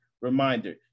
reminder